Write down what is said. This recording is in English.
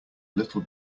little